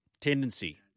tendency